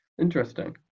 Interesting